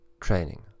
Training